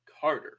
Carter